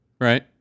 Right